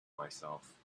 myself